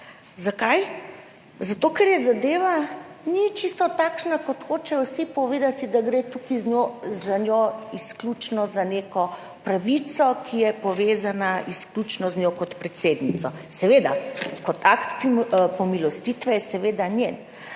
Zakaj? Zato, ker zadeva ni čisto takšna kot hočejo vsi povedati, da gre tukaj za njo izključno za neko pravico, ki je povezana izključno z njo kot predsednico. Seveda, kot akt pomilostitve je seveda njen,